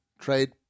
trade